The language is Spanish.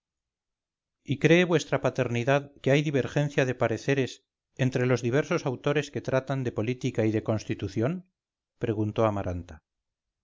y cree vuestra paternidad que hay divergencia de pareceres entre los diversos autores que tratan de política y de constitución preguntó amaranta